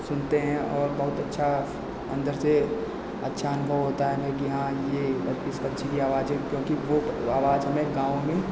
सुनते हैं और बहुत अच्छा अंदर से अच्छा अनुभव होता है हमें कि हाँ यह इस पक्षी की आवाज़ है क्योंकि वह आवाज़ हमें गाँव में